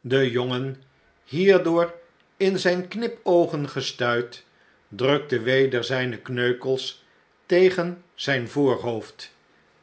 de jongen hierdoor in zijn knipoogen gestuit drukte weder zijne kneukels tegen zijn voorhoofd